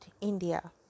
India